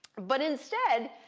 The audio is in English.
but instead,